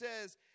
says